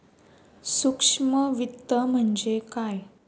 सूक्ष्म वित्त म्हणजे काय?